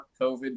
COVID